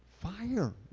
fire